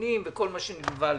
מסתננים וכל מה שנלווה לזה.